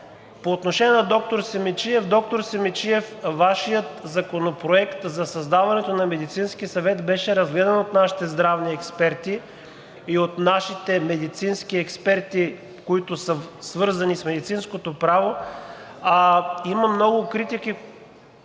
По отношение на доктор Симидчиев. Доктор Симидчиев, Вашият Законопроект за създаването на медицински съвет беше разгледан от нашите здравни експерти и от нашите медицински експерти, които са свързани с медицинското право. Има много критики,